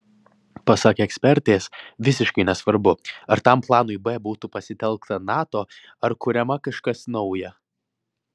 pasak ekspertės visiškai nesvarbu ar tam planui b būtų pasitelkta nato ar kuriama kažkas nauja